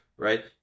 Right